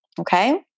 Okay